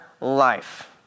life